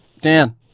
Dan